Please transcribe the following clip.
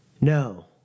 no